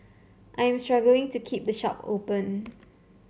I am struggling to keep the shop open